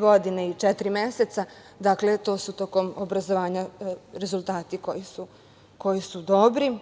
godine i četiri meseca. Dakle, to su tokom obrazovanja rezultati koji su dobri.